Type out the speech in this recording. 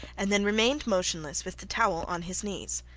and then remained motionless with the towel on his knees.